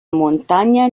montaña